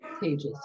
pages